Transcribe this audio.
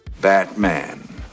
Batman